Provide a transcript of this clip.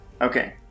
Okay